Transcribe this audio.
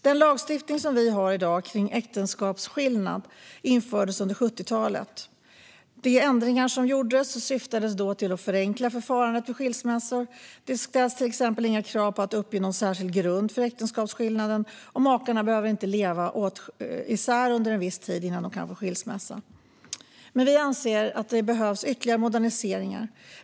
Den lagstiftning som vi har i dag kring äktenskapsskillnad infördes under 70-talet. De ändringar som gjordes syftade till att förenkla förfarandet vid skilsmässor. Det ställs till exempel inga krav på att uppge någon särskild grund för äktenskapsskillnaden och makarna behöver inte leva isär under en viss tid innan de kan få skilsmässa. Men vi anser att det behövs ytterligare moderniseringar.